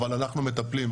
אבל אנחנו מטפלים.